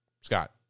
Scott